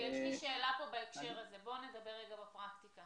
בוא נדבר בפרקטיקה